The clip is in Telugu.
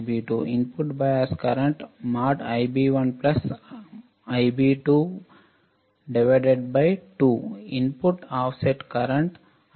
input bias current | Ib1 Ib2 | 2 input offset current | Ib1 Ib2 |